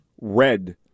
Red